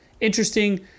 interesting